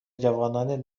جوانان